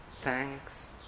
Thanks